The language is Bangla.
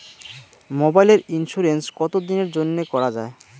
মোবাইলের ইন্সুরেন্স কতো দিনের জন্যে করা য়ায়?